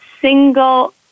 single